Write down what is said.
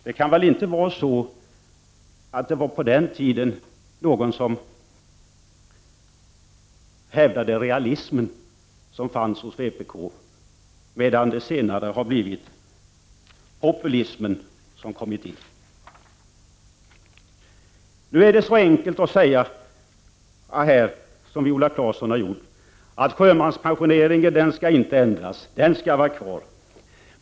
Det kan väl inte vara så att det var på den tiden som man hävdade att realismen fanns hos vpk, medan det senare har blivit populismen som där kommit in? Nu är det så enkelt att stå här och säga, som Viola Claesson har gjort, att sjömanspensioneringen inte skall ändras, att den skall vara kvar.